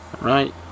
Right